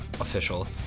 official